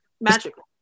magical